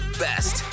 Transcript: best